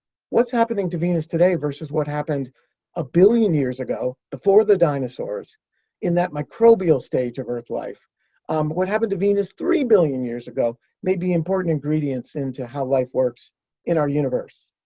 what's happening to venus today, versus what happened a billion years ago before the dinosaurs in that microbial stage of earth life um what happened to venus three billion years ago may be important ingredients into how life works in our universe.